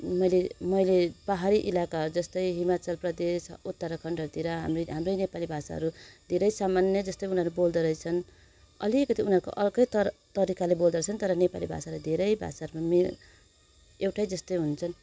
मैले मैले पहाडी इलाका जस्तै हिमाचल प्रदेश उत्तराखण्डहरूतिर हामी हाम्रै नेपाली भाषाहरू धेरै सामान्य जस्तो उनीहरू बोल्दारहेछन् अलिकति उनीहरूको अर्कै तर् तरिकाले बोल्दारहेछन् तर नेपाली भाषा धेरै भाषाहरूमा मेल् एउटै जस्तै हुन्छन्